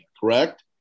correct